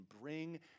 bring